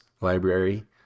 library